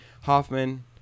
Hoffman